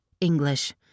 English